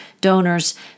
donors